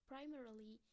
primarily